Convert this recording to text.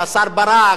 של השר ברק,